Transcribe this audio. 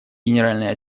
генеральной